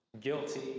guilty